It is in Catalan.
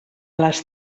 les